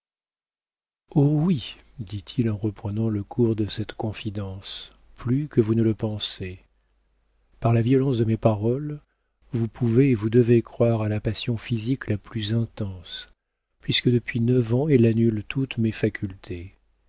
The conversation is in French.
oui dit-il en reprenant le cours de cette confidence plus que vous ne le pensez par la violence de mes paroles vous pouvez et vous devez croire à la passion physique la plus intense puisque depuis neuf ans elle annule toutes mes facultés